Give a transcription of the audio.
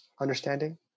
understanding